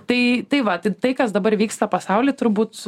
tai tai va tai kas dabar vyksta pasauly turbūt